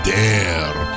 dare